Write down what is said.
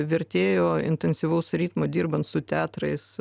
vertėjo intensyvaus ritmo dirbant su teatrais